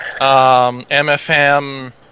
MFM